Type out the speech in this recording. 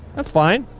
that's fine.